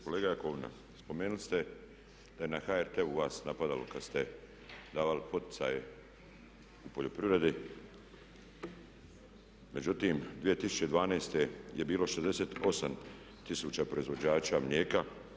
Kolega Jakovina, spomenuli ste da je na HRT-u vas napadalo kad ste davali poticaj u poljoprivredi, međutim 2012. je bilo 68000 proizvođača mlijeka.